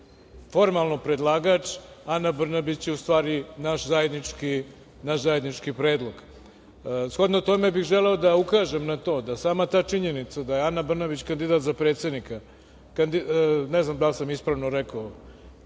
formalno predlagač, Ana Brnabić je u stvari naš zajednički predlog.17/1 VS/IR 12.50 – 13.00Shodno tome bih želeo da ukažem na to, da sama ta činjenica, da je Ana Brnabić kandidat za predsednika. Ne znam da li sam ispravno rekao